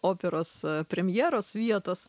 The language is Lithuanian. operos premjeros vietos